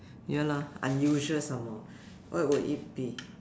you know unusual some more what would it be